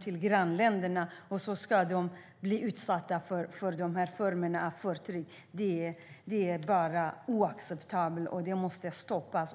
till grannländerna, och så ska de bli utsatta för de här formerna av förtryck. Hur kommer det sig? Det är helt oacceptabelt, och det måste stoppas.